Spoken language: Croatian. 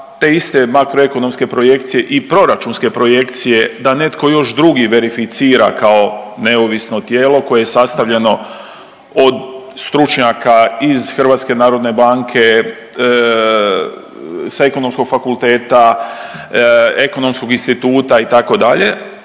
te iste makroekonomske i proračunske projekcije da netko još drugi verificira kao neovisno tijelo koje je sastavljeno od stručnjaka iz HNB-a, sa ekonomskog fakulteta, Ekonomskog instituta, itd.,